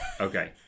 Okay